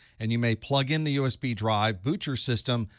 and you may plug in the usb drive, boot your system,